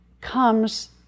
comes